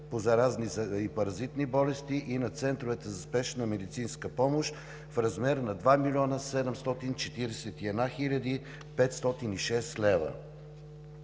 по заразни и паразитни болести и на центровете за спешна медицинска помощ в размер на 2 741 506 лв.